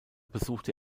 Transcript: besuchte